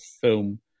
film